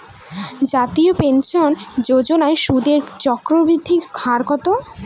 জাতীয় পেনশন যোজনার সুদের চক্রবৃদ্ধি হার কত?